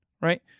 right